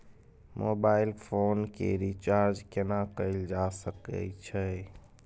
Mobile phone के recharge केना कैल जा सकै छै?